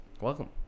Welcome